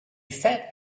sat